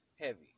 heavy